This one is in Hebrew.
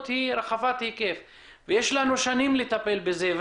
רחבת היקף ויש לנו שנים לטפל בזה.